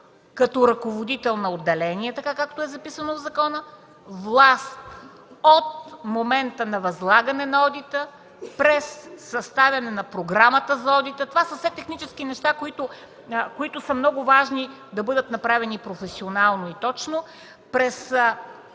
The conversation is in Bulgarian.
като ръководител на отделение, така както е записано в закона, власт от момента на възлагане на одита през съставяне на програмата за одита, все технически неща, които са много важни и които е много важно да бъдат направени професионално и точно,